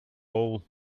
all